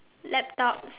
laptops